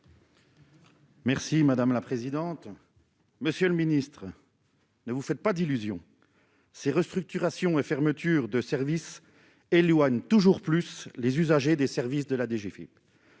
Merci madame la présidente, monsieur le ministre. Ne vous faites pas d'illusions, ces restructurations et fermetures de services éloigne toujours plus les usagers des services de la DGFIP.